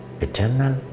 eternal